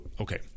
okay